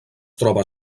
troba